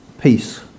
peace